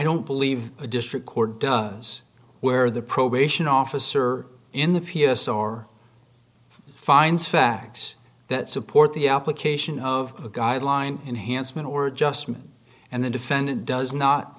don't believe a district court does where the probation officer in the fewest or finds facts that support the application of a guideline enhancement or adjustment and the defendant does not